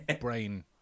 brain